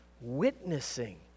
witnessing